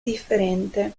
differente